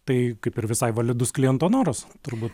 tai kaip ir visai validus kliento noras turbūt